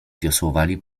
wiosłował